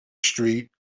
street